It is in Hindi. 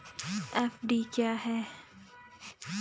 एफ.डी क्या है?